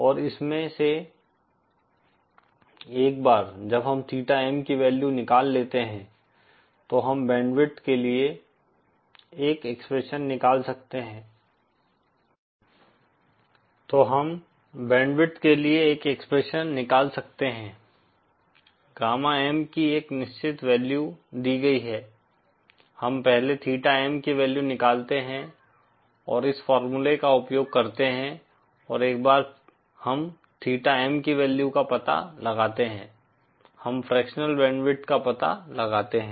और इसमें से एक बार जब हम थीटा M की वैल्यू निकाल लेते है तो हम बैंडविड्थ के लिए एक एक्सप्रेशन निकाल सकते हैं गामा M की एक निश्चित वैल्यू दी गयी है हम पहले थीटा M की वैल्यू निकालते हैं और इस फॉर्मूले का उपयोग करते हैं और एक बार हम थीटा M की वैल्यू का पता लगाते हैं हम फ्रॅक्शनल बैंडविड्थ का पता लगाते हैं